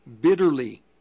bitterly